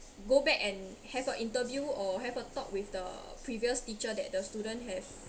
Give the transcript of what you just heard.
go back and have a interview or have a talk with the previous teacher that the student have